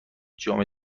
جام